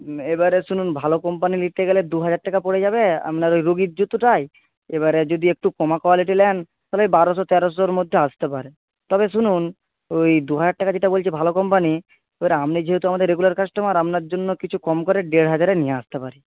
এবারে শুনুন ভালো কোম্পানি নিতে গেলে দুহাজার টাকা পড়ে যাবে আপনার ওই রোগীর জুতোটাই এবারে যদি একটু কমা কোয়ালিটি নেন তাহলে বারোশো তেরোশোর মধ্যে আসতে পারে তবে শুনুন ওই দুহাজার টাকা যেটা বলছি ভালো কোম্পানি এবার আপনি যেহেতু আমাদের রেগুলার কাস্টমার আপনার জন্য কিছু কম করে দেড় হাজারে নিয়ে আসতে পারি